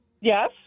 Yes